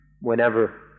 whenever